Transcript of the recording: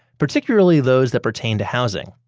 particularly those that pertained to housing.